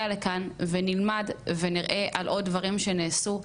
לכאן ונלמד ונראה על עוד דברים שנעשו.